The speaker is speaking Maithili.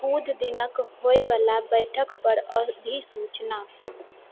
बुध दिनके होए बला बैठक पर अधिसूचना